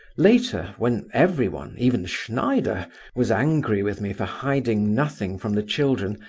later, when everyone even schneider was angry with me for hiding nothing from the children,